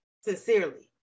sincerely